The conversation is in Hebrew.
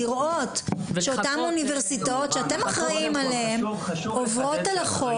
לראות שאותן אוניברסיטאות שאתם אחראים עליהן עוברות על החוק.